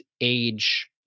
age